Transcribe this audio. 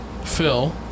Phil